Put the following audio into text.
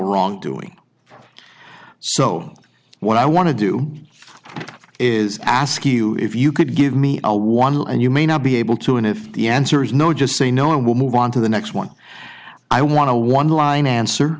wrongdoing so what i want to do is ask you if you could give me a one and you may not be able to and if the answer is no just say no i will move on to the next one i want to one line answer